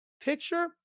picture